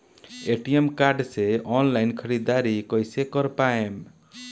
ATM card से online ख़रीदारी कइसे कर पाएम?